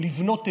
או לבנות אמון,